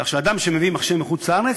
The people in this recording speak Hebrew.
כך שאדם שמביא מחשב מחוץ-לארץ,